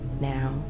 Now